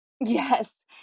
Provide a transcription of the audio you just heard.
yes